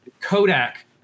Kodak